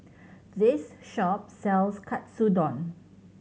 this shop sells Katsudon